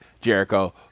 Jericho